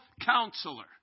counselor